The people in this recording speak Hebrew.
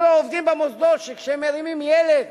אני רואה עובדים במוסדות שכשהם מרימים ילד,